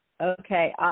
Okay